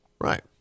Right